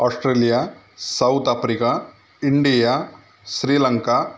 Australia South Africa India Sri Lanka